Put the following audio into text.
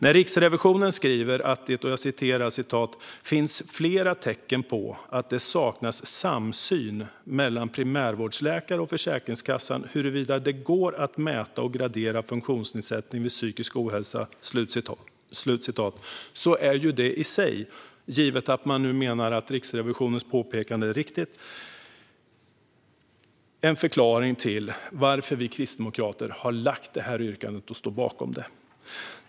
När Riksrevisionen skriver att "det finns flera tecken på att det saknas samsyn mellan primärvårdsläkare och Försäkringskassan huruvida det går att mäta och gradera funktionsnedsättning vid psykisk ohälsa" är det i sig, givet att man menar att Riksrevisionens påpekande är riktigt, en förklaring till att vi kristdemokrater har lagt fram detta motionsyrkande och står bakom det.